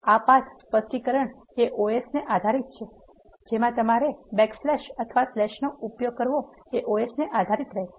આ પાથ સ્પષ્ટીકરણ એ OS ને આધારિત છે જેમાં તમારે બેકસ્લેશ અથવા સ્લેસ નો ઉપયોગ કરવો એ OS ને આધારિત રહેશે